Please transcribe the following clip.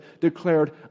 declared